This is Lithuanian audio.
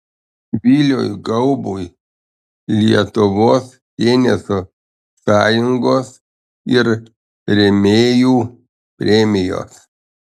viliui gaubui lietuvos teniso sąjungos ir rėmėjų premijos